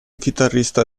chitarrista